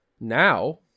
Now